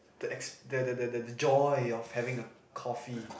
the the the the the the joy of having a coffee